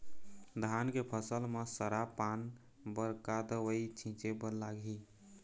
धान के फसल म सरा पान बर का दवई छीचे बर लागिही?